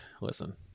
listen